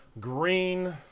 green